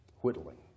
whittling